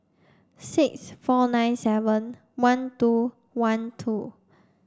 six four nine seven one two one two